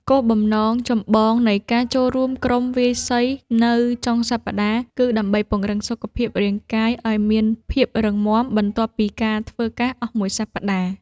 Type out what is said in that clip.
គោលបំណងចម្បងនៃការចូលរួមក្រុមវាយសីនៅចុងសប្តាហ៍ គឺដើម្បីពង្រឹងសុខភាពរាងកាយឱ្យមានភាពរឹងមាំបន្ទាប់ពីធ្វើការអស់មួយសប្តាហ៍។